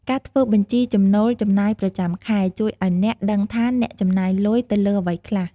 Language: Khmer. ការធ្វើបញ្ជីចំណូល-ចំណាយប្រចាំខែ ជួយឲ្យអ្នកដឹងថាអ្នកចំណាយលុយទៅលើអ្វីខ្លះ។